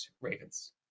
Ravens